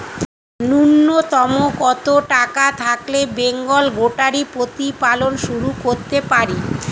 নূন্যতম কত টাকা থাকলে বেঙ্গল গোটারি প্রতিপালন শুরু করতে পারি?